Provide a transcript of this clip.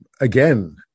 again